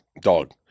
dog